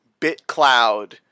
BitCloud